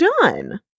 done